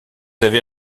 avez